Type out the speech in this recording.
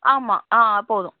ஆமாம் ஆ போதும்